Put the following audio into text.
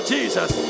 Jesus